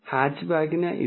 ഹാച്ച്ബാക്കിന് ഇത് 2